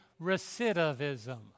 Recidivism